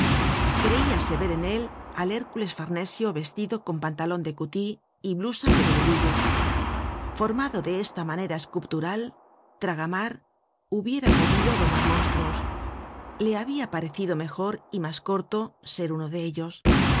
creíase ver en él al hércules farnesio vestido con pantalon de cutí y blusa de veludillo formado de esta manera escuptural traga mar hubiera podido domar monstruos le habia parecido mejor y mas corto ser uno de ellos